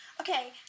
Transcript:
okay